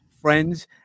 Friends